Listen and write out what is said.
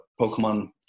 Pokemon